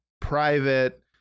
private